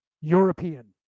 European